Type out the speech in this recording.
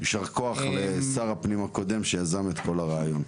יישר כוח לשר הפנים הקודם שיזם את כל הרעיון.